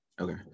okay